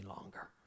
longer